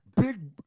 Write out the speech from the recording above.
big